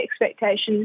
expectations